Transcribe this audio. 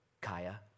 Kaya